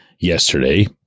yesterday